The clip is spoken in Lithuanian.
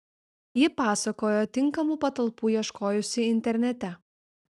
ji pasakojo tinkamų patalpų ieškojusi internete